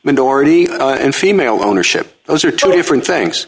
minority and female ownership those are two different things